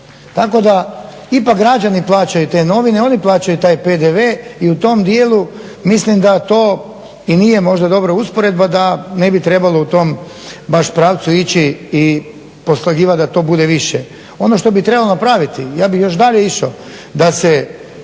tako da ipak građani plaćaju te novine, oni plaćaju taj PDV i u tom dijelu mislim da to i nije možda usporedba da ne bi trebao baš u tom pravcu ići i poslagivat da to bude više. Ono što bi trebalo napraviti, ja bih još dalje išao da se